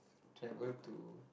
travel to